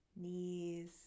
knees